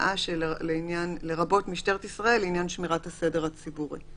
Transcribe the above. משמעת שעליהן הוא לא קיבל שום תדריך ושום אימון בצבא על העניין הזה.